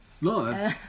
No